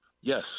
Yes